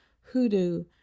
hoodoo